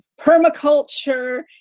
permaculture